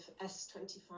S25